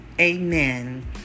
amen